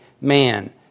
man